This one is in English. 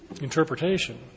interpretation